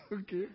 Okay